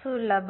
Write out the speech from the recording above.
సులభం